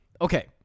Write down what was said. Okay